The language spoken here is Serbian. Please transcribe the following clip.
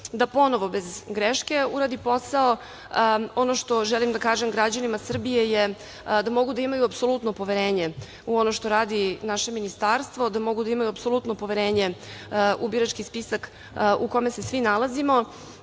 da ponovo bez greške uradi posao. Ono što želim da kažem građanima Srbije je da mogu da imaju apsolutno poverenje u ono što radi naše ministarstvo, da mogu da imaju apsolutno poverenje u birački spisak u kome se svi nalazimo,